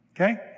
Okay